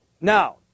Now